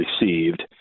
received